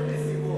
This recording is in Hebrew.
בנסיבות.